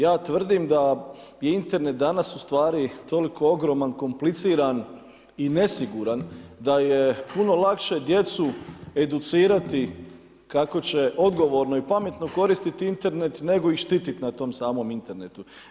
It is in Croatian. Ja tvrdim da je Internet danas, u stvari, toliko ogroman, kompliciran i nesiguran da je puno lakše djecu educirati kako će odgovorno i pametno koristiti Internet nego ih štititi na tom samom internetu.